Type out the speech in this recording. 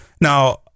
now